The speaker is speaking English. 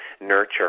nurture